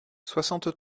soixante